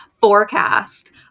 forecast